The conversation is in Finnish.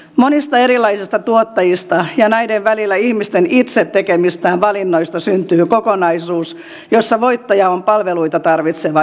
monista erilaisista tuottajista ja näiden välillä ihmisten itse tekemistä valinnoista syntyy kokonaisuus jossa voittaja on palveluita tarvitseva ihminen